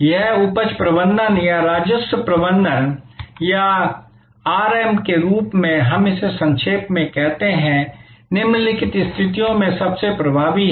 यह उपज प्रबंधन या राजस्व प्रबंधन या आरएम के रूप में हम इसे संक्षेप में कहते हैं निम्नलिखित स्थितियों में सबसे प्रभावी है